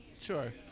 Sure